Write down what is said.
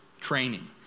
Training